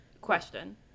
question